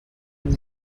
amb